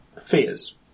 fears